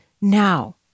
now